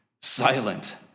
silent